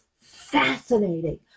fascinating